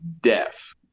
deaf